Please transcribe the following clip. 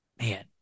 man